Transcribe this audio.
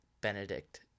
Benedict